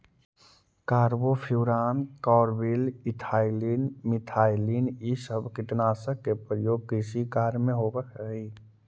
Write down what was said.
carbofuran, carbaryl, ethylene, methylene इ सब कीटनाशक के प्रयोग कृषि कार्य में होवऽ हई